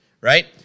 right